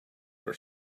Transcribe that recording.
your